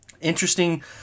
interesting